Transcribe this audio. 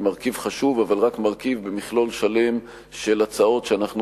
היא מרכיב חשוב אבל רק מרכיב במכלול שלם של הצעות שאנחנו